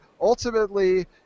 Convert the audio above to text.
Ultimately